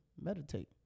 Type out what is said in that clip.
meditate